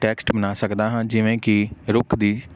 text ਬਣਾ ਸਕਦਾ ਹਾਂ ਜਿਵੇਂ ਕਿ ਰੁੱਖ ਦੀ